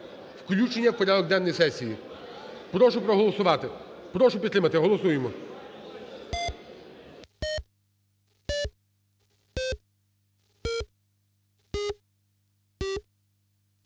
включення в порядок денний сесії. Прошу проголосувати. Прошу підтримати. Голосуємо.